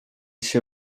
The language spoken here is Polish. się